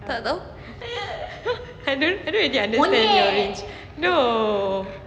tak tahu I don't don't really understand your range no